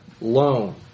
loan